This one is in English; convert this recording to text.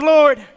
Lord